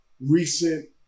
recent